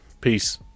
Peace